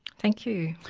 thank you.